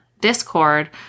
Discord